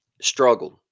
Struggled